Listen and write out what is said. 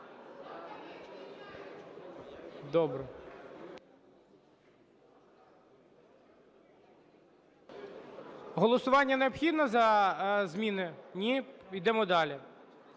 Добре. Голосування необхідно за зміни, ні? Ідемо далі.